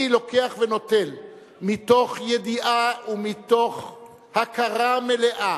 אני לוקח ונוטל מתוך ידיעה ומתוך הכרה מלאה